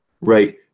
right